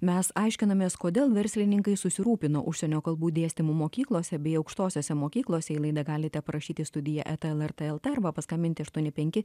mes aiškinamės kodėl verslininkai susirūpino užsienio kalbų dėstymu mokyklose bei aukštosiose mokyklose į laidą galite parašyti studija eta lrt lt arba paskambinti aštuoni penki